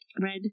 red